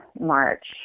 March